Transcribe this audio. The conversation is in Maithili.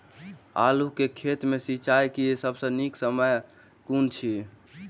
आलु केँ खेत मे सिंचाई केँ सबसँ नीक समय कुन अछि?